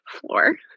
floor